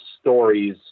stories –